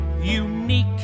unique